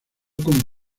con